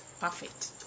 perfect